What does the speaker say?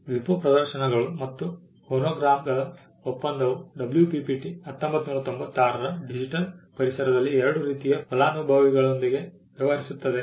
WIPO ಪ್ರದರ್ಶನಗಳು ಮತ್ತು ಫೋನೋಗ್ರಾಮ್ಗಳ ಒಪ್ಪಂದವು WPPT 1996 ಡಿಜಿಟಲ್ ಪರಿಸರದಲ್ಲಿ ಎರಡು ರೀತಿಯ ಫಲಾನುಭವಿಗಳೊಂದಿಗೆ ವ್ಯವಹರಿಸುತ್ತದೆ